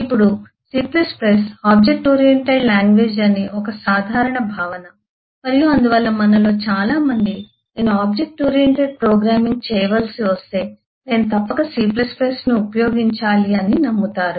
ఇప్పుడు C object oriented language అని ఒక సాధారణ భావన మరియు అందువల్ల మనలో చాలా మంది నేను ఆబ్జెక్ట్ ఓరియెంటెడ్ ప్రోగ్రామింగ్ చేయవలసి వస్తే నేను తప్పక C ను ఉపయోగించాలి అని నమ్ముతారు